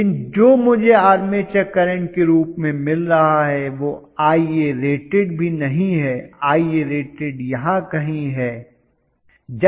लेकिन जो मुझे आर्मेचर करंट के रूप में मिल रहा है वह Iarated भी नहीं है Iarated यहां कहीं है